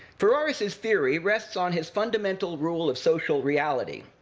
ferraris's theory rests on his fundamental rule of social reality,